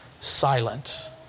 silent